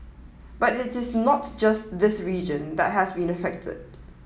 but it is not just this region that has been affected